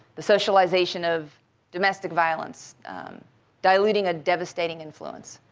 the socialization of domestic violence diluting a devastating influence.